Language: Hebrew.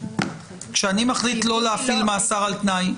כשאני מחליט לא להפעיל מאסר על תנאי,